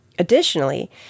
Additionally